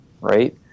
right